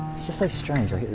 just so strange,